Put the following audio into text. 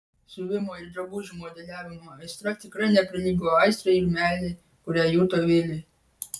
siuvimo ir drabužių modeliavimo aistra tikrai neprilygo aistrai ir meilei kurią juto viliui